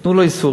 נתנו לו ייסורים.